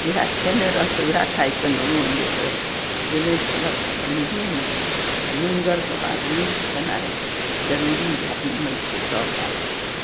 जेहे खेन्ने रहतय वएह खायइके ने मोन हेतय जे नहि खेलक तऽ तऽ नहिये ने नुनगरके बाद मीठ खेनाइ जरूरी उ आर मङ्गय छै सब बालबच्चा